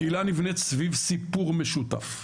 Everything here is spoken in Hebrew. קהילה נבנית סביב סיפור משותף,